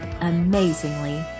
amazingly